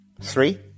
Three